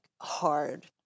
hard